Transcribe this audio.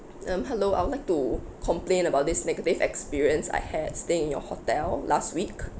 um hello I would like to complain about this negative experience I had staying in your hotel last week